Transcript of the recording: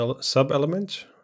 sub-element